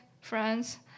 friends